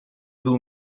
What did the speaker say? był